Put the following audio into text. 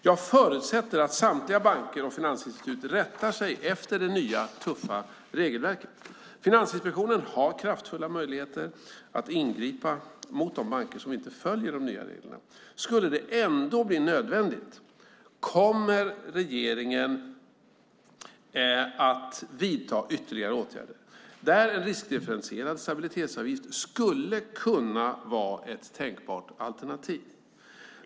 Jag förutsätter att samtliga banker och finansinstitut rättar sig efter det nya, tuffa regelverket. Finansinspektionen har kraftfulla möjligheter att ingripa mot de banker som inte följer de nya reglerna. Skulle det ändå bli nödvändigt kommer regeringen att vidta ytterligare åtgärder, där en riskdifferentierad stabilitetsavgift skulle kunna vara ett tänkbart alternativ.